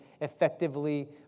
effectively